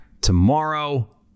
tomorrow